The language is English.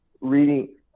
reading